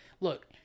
Look